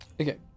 okay